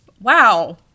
wow